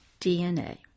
DNA